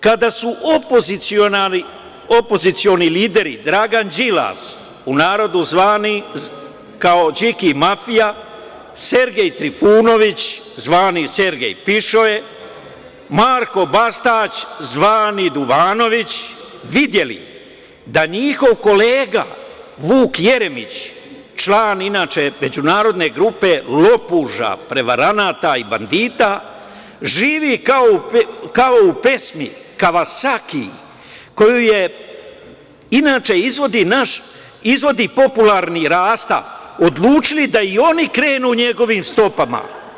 Kada su opozicioni lideri Dragan Đilas, u narodu zvani kao Điki mafija, Sergej Trifunović, zvani Sergej pišoje, Marko Bastać, zvani duvanović, videli da njihov kolega Vuk Jeremić, član inače međunarodne grupe lopuža, prevaranata i bandita, živi kao u pesmi „Kavasaki“, koju inače izvodi popularni Rasta, odlučili da i oni krenu njegovim stopama.